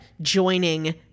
joining